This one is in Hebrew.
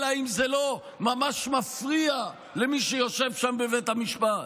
אלא אם כן זה לא ממש מפריע למי שיושב שם בבית המשפט.